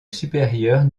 supérieure